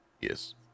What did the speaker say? Yes